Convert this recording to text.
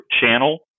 channel